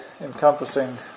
encompassing